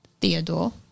Theodore